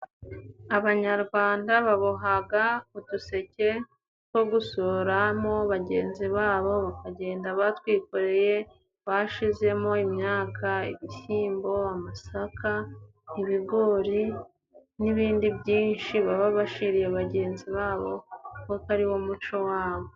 Abanyarwanda babohaga uduseke two gusuramo bagenzi babo bakagenda batwikoreye bashizemo imyaka: ibishyimbo, amasaka, ibigori, n'ibindi byinshi baba bashiriye bagenzi babo koko ari wo muco wabo.